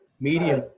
medium